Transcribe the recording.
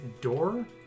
door